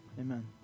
Amen